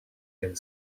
and